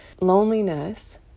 loneliness